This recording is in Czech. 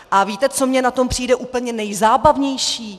A víte, co mně na tom přijde úplně nejzábavnější?